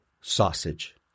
sausage